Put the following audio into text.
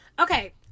Okay